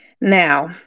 Now